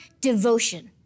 devotion